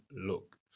Look